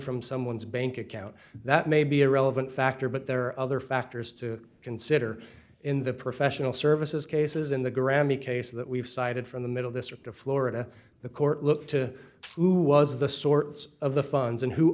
from someone's bank account that may be a relevant factor but there are other factors to consider in the professional services cases in the grammy case that we've cited from the middle district of florida the court look to who was the sorts of the funds and who